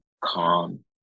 calm